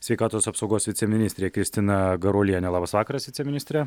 sveikatos apsaugos viceministrė kristina garuolienė labas vakaras viceministre